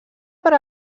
per